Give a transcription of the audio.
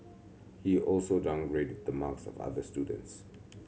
he also downgraded the marks of other students